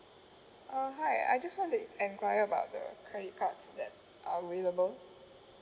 uh hi I just want to enquiry about the credit cards that available